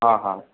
हा हा